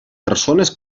persones